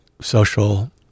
social